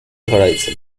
horizon